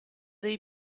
dei